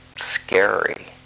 scary